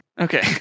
Okay